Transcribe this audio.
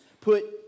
put